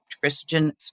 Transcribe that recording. christian